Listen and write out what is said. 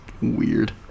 weird